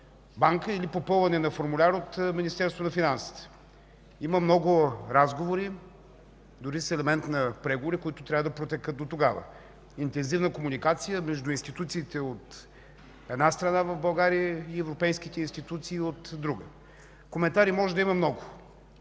банка или попълване на формуляр от Министерство на финансите. Има много разговори, дори с елемент на преговори, които трябва да протекат дотогава. Интензивна комуникация между институциите в България, от една страна, и европейските институции – от друга. Коментари може да има много.